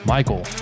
Michael